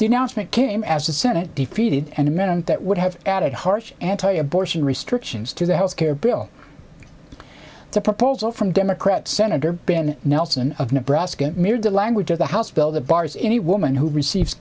announcement came as the senate defeated an amendment that would have added harsh anti abortion restrictions to the health care bill the proposal from democrat senator ben nelson of nebraska mirrored the language of the house bill the bars any woman who receive